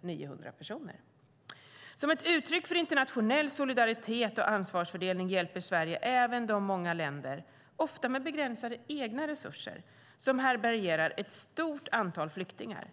900 personer. Som ett uttryck för internationell solidaritet och ansvarsfördelning hjälper Sverige även de många länder, ofta med begränsade egna resurser, som härbärgerar ett stort antal flyktingar.